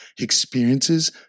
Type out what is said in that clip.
experiences